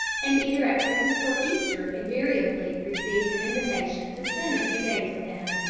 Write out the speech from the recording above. and either at christmas or easter invariably received an invitation to spend a few days with him.